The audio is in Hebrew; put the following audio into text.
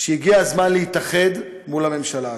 שהגיע הזמן להתאחד מול הממשלה הזאת.